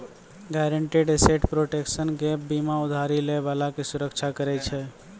guaranteed asset protection gap बीमा उधारी लै बाला के सुरक्षा करै छै